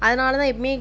அதனால் தான் எப்பமே